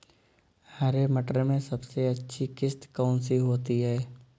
हरे मटर में सबसे अच्छी किश्त कौन सी होती है?